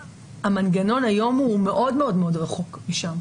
המנגנון היום הוא מאוד מאוד רחוק משם.